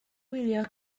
wylio